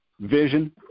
vision